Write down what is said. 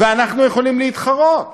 ואנחנו יכולים להתחרות